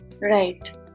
Right